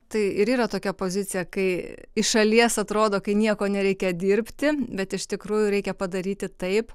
tai ir yra tokia pozicija kai iš šalies atrodo kai nieko nereikia dirbti bet iš tikrųjų reikia padaryti taip